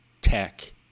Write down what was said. tech